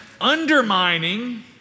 undermining